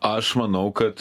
aš manau kad